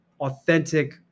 authentic